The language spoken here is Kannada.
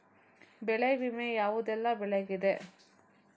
ಬೆಳೆ ವಿಮೆ ಯಾವುದೆಲ್ಲ ಬೆಳೆಗಿದೆ?